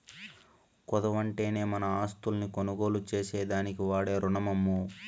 కుదవంటేనే మన ఆస్తుల్ని కొనుగోలు చేసేదానికి వాడే రునమమ్మో